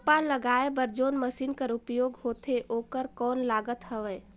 रोपा लगाय बर जोन मशीन कर उपयोग होथे ओकर कौन लागत हवय?